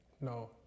No